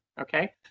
Okay